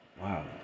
wow